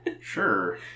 Sure